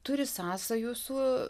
turi sąsajų su